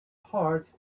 heart